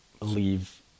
leave